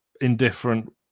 indifferent